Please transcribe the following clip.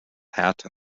hat